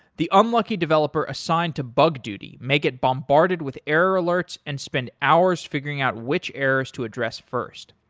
the unlucky developer assigned to bug duty make it bombarded with error alerts and spend hours figuring out which errors to address first.